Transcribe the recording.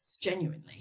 genuinely